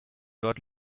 dort